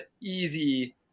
easy